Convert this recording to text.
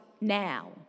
now